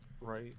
Right